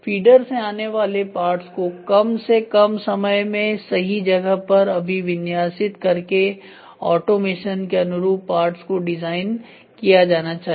feeder से आने वाले पार्ट्स को कम से कम समय में सही जगह पर अभिविन्यासित करके ऑटोमेशन के अनुरूप पार्ट्स को डिजाइन किया जाना चाहिए